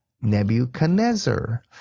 Nebuchadnezzar